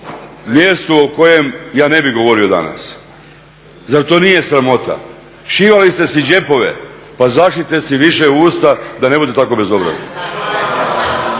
mjestu o kojem ja ne bih govorio danas. Zar to nije sramota? Šivali ste si džepove, pa zašijte si više usta da ne budete tako bezobrazni.